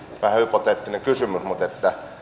vähän hypoteettinen kysymys mutta